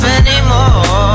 anymore